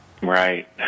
Right